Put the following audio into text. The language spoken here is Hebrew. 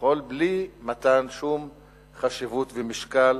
בלי מתן שום חשיבות ומשקל